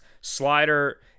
slider